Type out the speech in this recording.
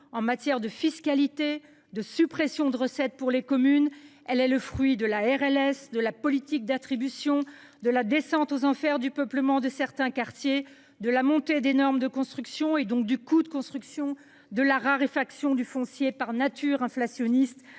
en matière de fiscalité, de suppression de recettes pour les communes, de la réduction de loyer de solidarité (RLS), de la politique d’attribution, de la descente aux enfers du peuplement de certains quartiers, de la montée des normes de construction et donc du coût de construction, de la raréfaction du foncier, par nature inflationniste,